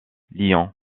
lyon